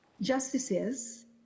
Justices